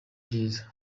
byiza